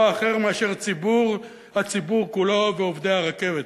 אחר מאשר הציבור כולו ועובדי הרכבת.